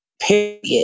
period